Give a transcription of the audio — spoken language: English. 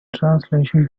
translation